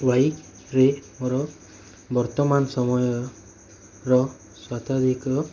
ୱାଇରେ ମୋର ବର୍ତ୍ତମାନ ସମୟର ସତ୍ଵାଧିକ